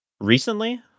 Recently